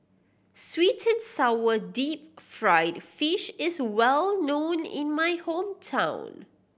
sweet and sour deep fried fish is well known in my hometown